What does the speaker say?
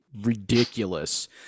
ridiculous